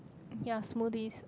ya smoothies